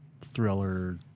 thriller